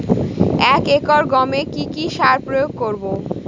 এক একর গমে কি কী সার প্রয়োগ করব?